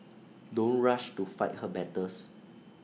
don't rush to fight her battles